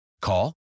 Call